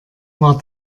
war